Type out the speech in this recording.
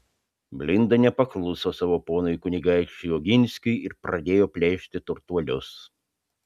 blinda nepakluso savo ponui kunigaikščiui oginskiui ir pradėjo plėšti turtuolius